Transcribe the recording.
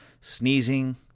Sneezing